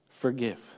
Forgive